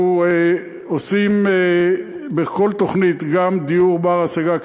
אנחנו עושים בכל תוכנית גם דיור בר-השגה,